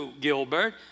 Gilbert